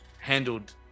handled